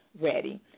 ready